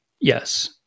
Yes